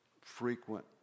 frequent